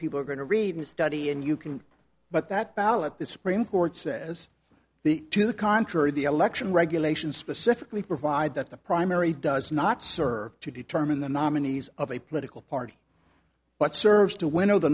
people are going to read and study and you can but that ballot the supreme court says the to the contrary the election regulations specifically provide that the primary does not serve to determine the nominees of a political party but serves to winnow the